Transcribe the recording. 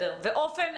לדעתי,